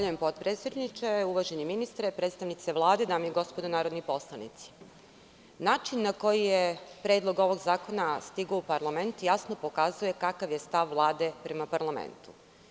Uvaženi ministre, predstavnici Vlade, dame i gospodo narodni poslanici, način na koji je Predlog ovog zakona stigao u parlament, jasno pokazuje kakav je stav Vlade prema parlamentu.